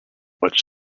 what